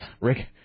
Rick